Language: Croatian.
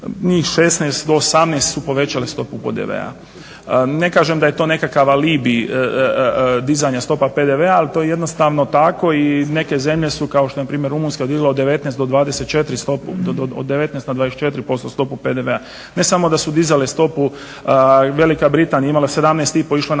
njih 16 do 18 su povećale stopu PDV-a. Ne kažem da je to nekakav alibi dizanja stopa PDV-a ali to je jednostavno tako i neke zemlje su kao što je npr. Rumunjska digla sa 19 na 24% stopu PDV-a. Ne samo da su dizale stopu, Velika Britanija je imala 17,5 išla na 15 pa